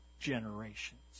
generations